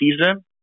season